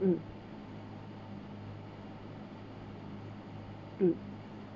mm mm